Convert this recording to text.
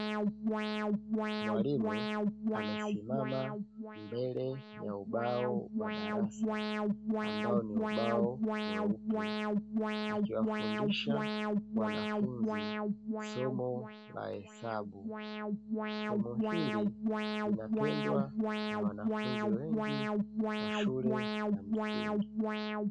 Mwalimu amesimama mbele ya ubao wa darasa ambao ni ubao mweupe, akiwafundisha wanafunzi somo la hesabu. Somo hili linapendwa na wanafunzi wengi wa shule ya msingi.